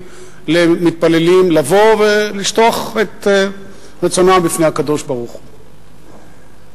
למתפללים לבוא ולשטוח את רצונם בפני הקדוש-ברוך-הוא,